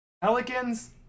Pelicans